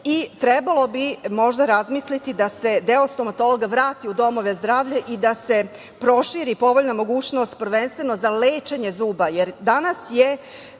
i trebalo bi možda razmisliti da se deo stomatologa vrati u domove zdravlja i da se proširi povoljna mogućnost prvenstveno za lečenje zuba, jer danas je